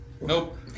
Nope